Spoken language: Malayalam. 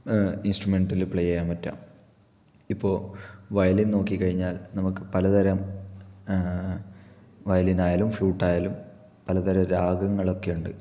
ഇന്സ്ട്രമെന്റ്റ്റില് പ്ലേ ചെയ്യാന് പറ്റുക ഇപ്പോൾ വയലിന് നോക്കികഴിഞ്ഞാല് നമുക്ക് പലതരം വയലിനായാലും ഫ്ലൂട്ടായാലും പലതരം രാഗങ്ങളൊക്കെയുണ്ട്